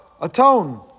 Atone